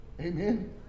Amen